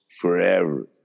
Forever